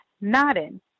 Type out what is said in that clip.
nodding